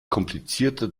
komplizierter